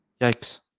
Yikes